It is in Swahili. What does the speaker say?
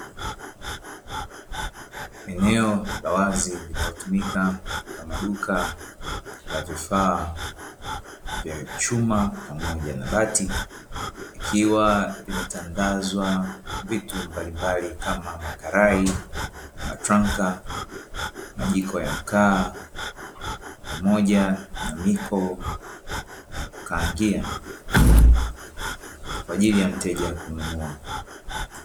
Eneo la wazi linalotumika kama duka la vifaa vya chuma pamoja na bati ikiwa limetandazwa vitu mbalimbali kama makarai, matranka, majiko ya mkaa pamoja na miko ya kukangia. kwa ajili ya mteja kununua.